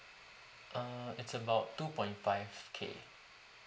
err it's about two point five K